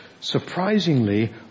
surprisingly